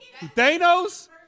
Thanos